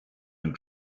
den